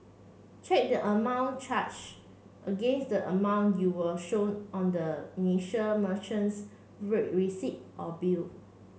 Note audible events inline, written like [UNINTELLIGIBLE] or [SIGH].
check the amount charge against a amount you were shown on the initial merchant's [UNINTELLIGIBLE] receipt or bill